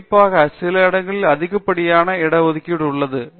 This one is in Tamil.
குறிப்பாக சில இடங்களில் அதிகப்படியான இடஒதுக்கீடு உள்ளது